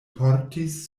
portis